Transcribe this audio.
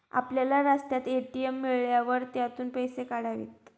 आपल्याला रस्त्यात ए.टी.एम मिळाल्यावर त्यातून पैसे काढावेत